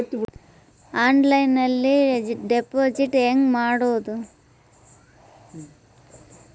ಆನ್ಲೈನ್ನಲ್ಲಿ ಡೆಪಾಜಿಟ್ ಹೆಂಗ್ ಮಾಡುದು?